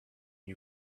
you